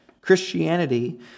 Christianity